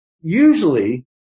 usually